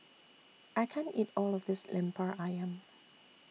I can't eat All of This Lemper Ayam